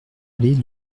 allée